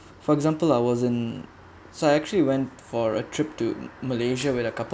for example I wasn't so I actually went for a trip to malaysia with a couple